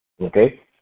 okay